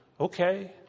Okay